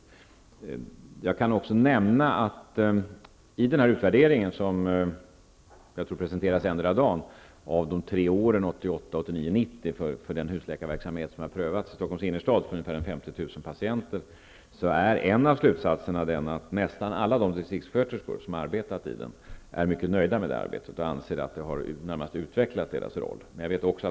I utvärderingen, som jag tror kommer att presenteras endera dagen, för de tre åren 1988, 1989 och 1990 av husläkarverksamheten, som har prövats i Stockholms innerstad och som har berört ca 50 000 patienter, är en av slutsatserna att nästan alla inblandade distrikssköterskor är mycket nöjda med detta arbete och anser att deras roll närmast utvecklats.